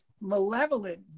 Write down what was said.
malevolent